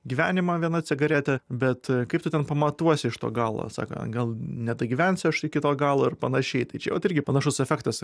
gyvenimą viena cigaretė bet kaip tu ten pamatuosi iš to galo sako gal nedagyvensiu aš iki to galo ir panašiai tai čia vat irgi panašus efektas